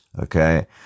Okay